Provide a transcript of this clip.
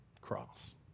Cross